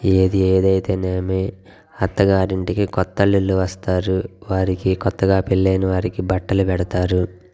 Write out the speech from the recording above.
ఏది ఏదైతే నేమి అత్తగారింటికి కొత్త అల్లుళ్ళు వస్తారు వారికి కొత్తగా పెళ్లైన వారికి బట్టలు పెడతారు